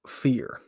fear